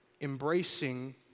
embracing